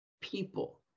people